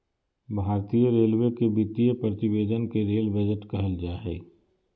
भारतीय रेलवे के वित्तीय प्रतिवेदन के रेल बजट कहल जा हइ